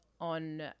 on